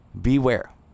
Beware